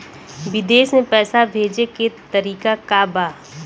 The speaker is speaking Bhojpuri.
विदेश में पैसा भेजे के तरीका का बा?